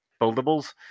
buildables